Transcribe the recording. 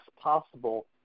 possible